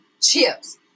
chips